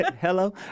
Hello